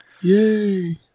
Yay